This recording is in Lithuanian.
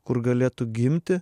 kur galėtų gimti